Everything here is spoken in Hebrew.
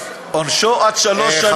עונשו עד שלוש שנים.